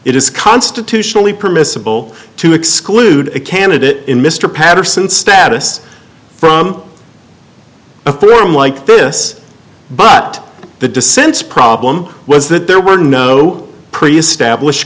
is constitutionally permissible to exclude a candidate in mr patterson status from a forum like this but the dissents problem was that there were no pre established